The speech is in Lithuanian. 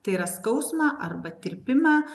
tai yra skausmą arba tirpimą